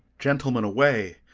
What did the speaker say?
gentlemen, away,